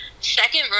second